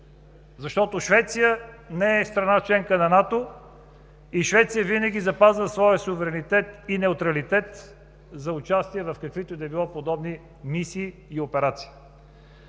две. Швеция не е страна членка на НАТО. Швеция винаги запазва своя суверенитет и неутралитет за участие в каквито и да било подобни мисии и операции.